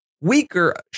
weaker